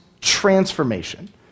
transformation